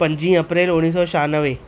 पंजी अप्रेल उणिवीह सौ छानवे